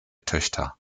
töchter